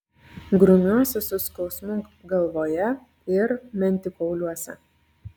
grumiuosi su skausmu galvoje ir mentikauliuose